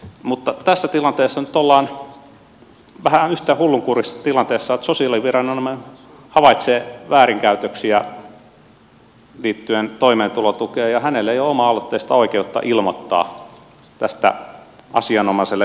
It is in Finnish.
mutta tässä tilanteessa nyt ollaan vähän yhtä hullunkurisessa tilanteessa että sosiaaliviranomainen havaitsee väärinkäytöksiä liittyen toimeentulotukeen ja hänellä ei ole oma aloitteista oikeutta ilmoittaa tästä asianomaiselle viranomaiselle